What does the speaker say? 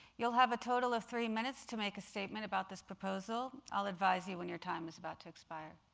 you'll have a total of three minutes to make a statement about this proposal i'll advise you when your time is about to expire.